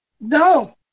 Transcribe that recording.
No